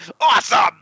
awesome